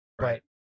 Right